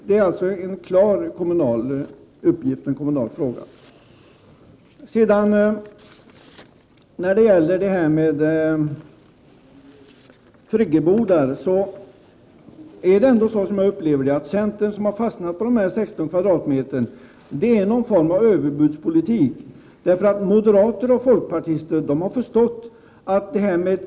Det är alltså en klar uppgift för kommunerna. När det gäller friggebodar har jag uppfattat det så, att när centern har fastnat för 16 m? är det någon form av överbudspolitik. Moderater och folkpartister har förstått att 10 m?